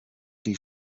die